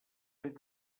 fet